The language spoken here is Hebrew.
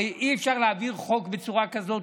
הרי אי-אפשר להעביר חוק בצורה כזאת,